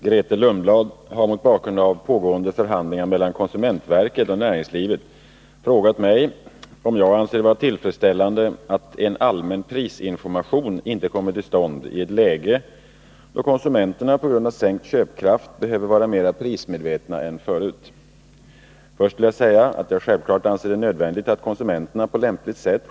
Under förra riksmötet aktualiserades i riksdagen frågan om lagstadgad prisinformation vid marknadsföring av och skyltning för varor. Riksdagen var positiv till kravet på prisinformation men hänvisade till aktuella förhandlingar mellan konsumentverket och näringslivet. Trots verkets uttalade vilja att få ett positivt resultat har dessa förhandlingar nu pågått lång tid utan att leda till något resultat.